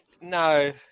no